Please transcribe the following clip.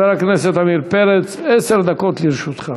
חבר הכנסת עמיר פרץ, עשר דקות לרשותך,